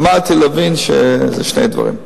למדתי להבין שזה שני דברים.